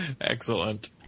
Excellent